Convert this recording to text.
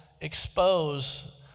expose